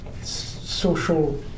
social